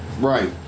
right